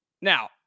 Now